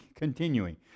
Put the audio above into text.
continuing